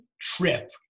trip